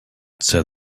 said